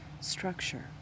structure